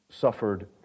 suffered